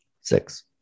six